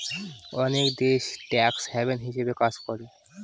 অনেক দেশ tax haven হিসাবে কাজ করে